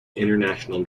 international